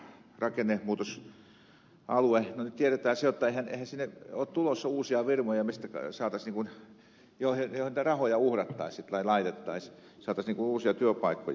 no nyt tiedetään se jotta eihän sinne ole tulossa uusia firmoja mihin niitä rahoja uhrattaisiin tai laitettaisiin saataisiin uusia työpaikkoja